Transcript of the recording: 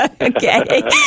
Okay